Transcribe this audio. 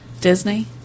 Disney